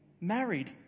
married